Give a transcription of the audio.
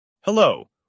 Hello